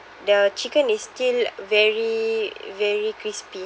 the chicken is still very very crispy